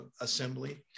assembly